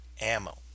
ammo